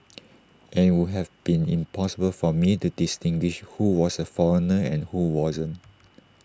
and IT would have been impossible for me to distinguish who was A foreigner and who wasn't